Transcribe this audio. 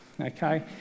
okay